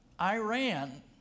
Iran